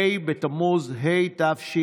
ה' בתמוז התשפ"א,